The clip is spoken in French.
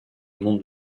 monde